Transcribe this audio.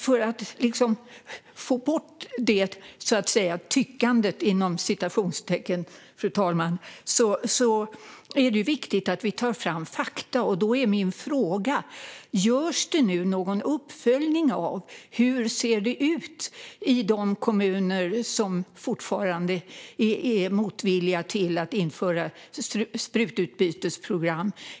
För att få bort "tyckandet" är det viktigt att vi tar fram fakta, och då är min fråga: Görs det nu någon uppföljning av hur det ser ut i de kommuner som fortfarande är motvilliga till att införa sprututbytesprogram?